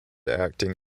acting